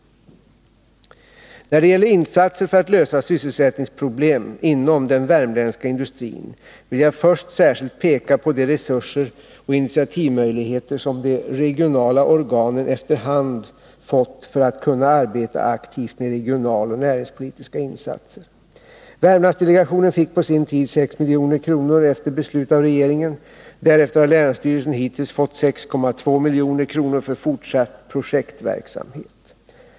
När det gäller insatser för att lösa sysselsättningsproblem inom den värmländska industrin vill jag först särskilt peka på de resurser och initiativmöjligheter som de regionala organen efter hand fått för att kunna arbeta aktivt med regionaloch näringspolitiska insatser. Värmlandsdelegationen fick på sin tid 6 milj.kr. efter beslut av regeringen. Därefter har länsstyrelsen hittills fått 6,2 milj.kr. för fortsatt projektverksamhet.